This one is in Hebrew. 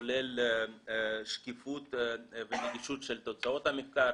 כולל שקיפות ונגישות של תוצאות המחקר.